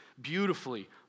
beautifully